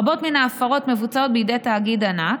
רבות מן ההפרות מבוצעות בידי תאגיד ענק,